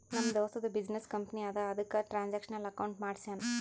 ನಮ್ ದೋಸ್ತದು business company ಅದಾ ಅದುಕ್ಕ ಟ್ರಾನ್ಸ್ಅಕ್ಷನಲ್ ಅಕೌಂಟ್ ಮಾಡ್ಸ್ಯಾನ್